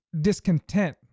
discontent